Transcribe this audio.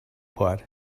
pot